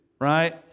right